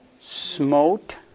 Smote